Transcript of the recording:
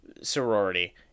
sorority